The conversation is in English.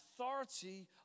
authority